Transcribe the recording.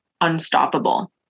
unstoppable